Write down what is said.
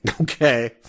Okay